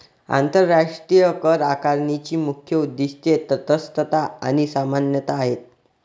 आंतरराष्ट्रीय करआकारणीची मुख्य उद्दीष्टे तटस्थता आणि समानता आहेत